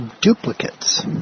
duplicates